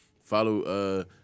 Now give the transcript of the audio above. Follow